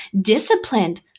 disciplined